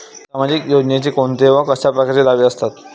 सामाजिक योजनेचे कोंते व कशा परकारचे दावे असतात?